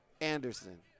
Anderson